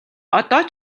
одоо